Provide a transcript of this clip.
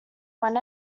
went